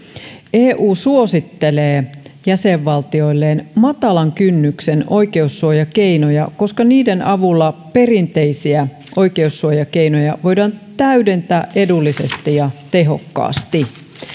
eu suosittelee jäsenvaltioilleen matalan kynnyksen oikeussuojakeinoja koska niiden avulla perinteisiä oikeussuojakeinoja voidaan täydentää edullisesti ja tehokkaasti